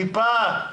טיפה.